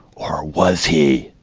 or was he?